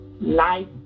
Life